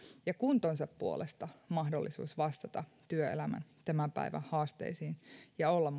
ja kuntonsa puolesta mahdollisuus vastata työelämän tämän päivän haasteisiin ja olla